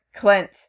Clint